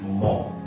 more